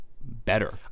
better